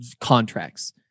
contracts